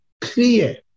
clear